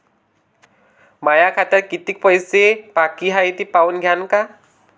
माया खात्यात कितीक पैसे बाकी हाय हे पाहून द्यान का?